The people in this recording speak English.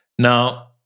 Now